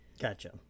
Gotcha